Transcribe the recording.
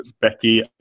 Becky